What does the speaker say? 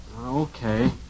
okay